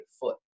foot